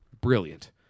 brilliant